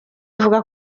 ivuga